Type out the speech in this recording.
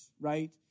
right